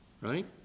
right